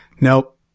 Nope